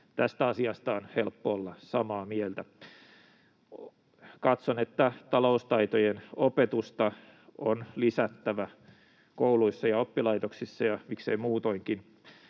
tästä asiasta on helppo olla samaa mieltä. Katson, että taloustaitojen opetusta on lisättävä kouluissa ja oppilaitoksissa ja miksei muutoinkin